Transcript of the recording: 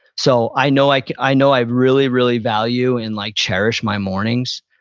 so, i know like i know i really really value and like cherish my mornings.